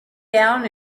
down